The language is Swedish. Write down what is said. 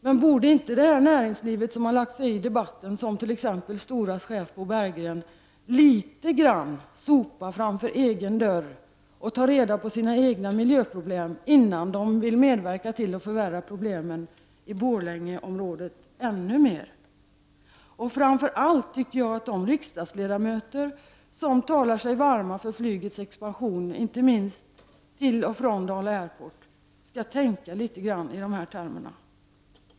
Men borde inte näringslivet, som lagt sig i debatten så som STORA:s chef Bo Berggren har gjort, sopa framför egen dörr och ta reda på sina egna problem innan man medverkar till att förvärra problemen i Borlängeområdet ännu mera? Framför allt tycker jag att de riksdagsledamöter som talar sig varma för flygets expansion inte minst till och från Dala Airport borde tänka litet grand i de här termerna.